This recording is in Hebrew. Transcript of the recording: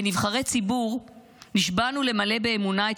כנבחרי ציבור נשבענו למלא באמונה את